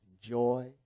joy